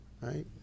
right